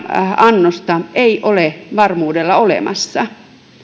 annosta ei ole varmuudella olemassa